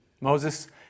Moses